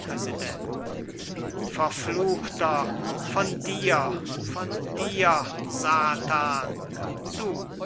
präsident verfluchter von dir von dir satan du